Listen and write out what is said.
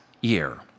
year